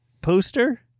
poster